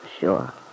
Sure